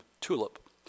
TULIP